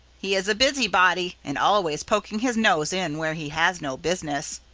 he is a busybody and always poking his nose in where he has no business.